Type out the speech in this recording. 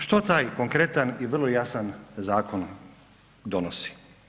Što taj konkretan i vrlo jasan zakon donosi?